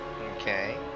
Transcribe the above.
Okay